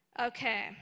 Okay